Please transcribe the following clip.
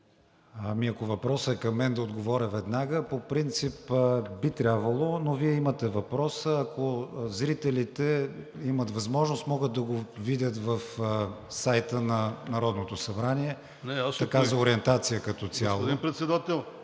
Ако въпросът е към мен, да отговоря веднага. По принцип би трябвало, но Вие имате въпроса, ако зрителите имат възможност, могат да го видят в сайта на Народното събрание като цяло за ориентация.